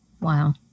Wow